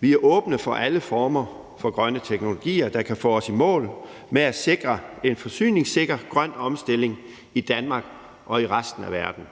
Vi er åbne for alle former for grønne teknologier, der kan få os i mål med at sikre en forsyningssikker grøn omstilling i Danmark og i resten af verden.